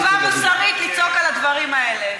יש לי חובה מוסרית לצעוק על הדברים האלה.